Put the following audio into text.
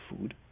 food